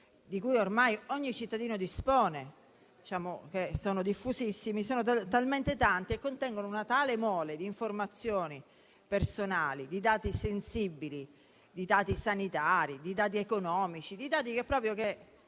di cui ormai ogni cittadino dispone e che sono diffusissimi, contengono una mole di informazioni personali, di dati sensibili, di dati sanitari, di dati economici, di dati che ci profilano,